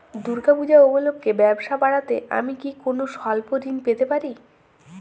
দূর্গা পূজা উপলক্ষে ব্যবসা বাড়াতে আমি কি কোনো স্বল্প ঋণ পেতে পারি?